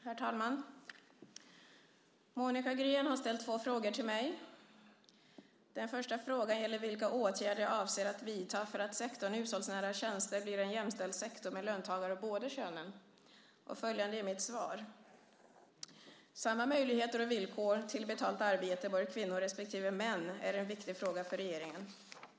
Herr talman! Monica Green har ställt två frågor till mig. Den första frågan gäller vilka åtgärder jag avser att vidta för att sektorn hushållsnära tjänster blir en jämställd sektor med löntagare av båda könen. Mitt svar är följande. Samma möjligheter till och villkor för betalt arbete för kvinnor respektive män är en viktig fråga för regeringen.